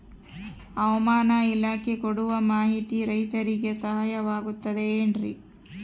ಹವಮಾನ ಇಲಾಖೆ ಕೊಡುವ ಮಾಹಿತಿ ರೈತರಿಗೆ ಸಹಾಯವಾಗುತ್ತದೆ ಏನ್ರಿ?